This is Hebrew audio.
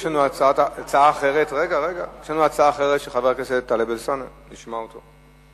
יש לנו הצעה אחרת של טלב אלסאנע, נשמע אותו.